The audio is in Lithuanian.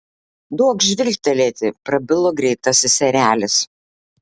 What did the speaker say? duokš žvilgtelėti prabilo greitasis erelis